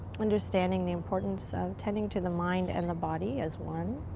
understanding the importance of tending to the mind and the body as one.